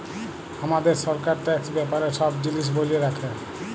হামাদের সরকার ট্যাক্স ব্যাপারে সব জিলিস ব্যলে রাখে